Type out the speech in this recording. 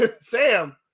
Sam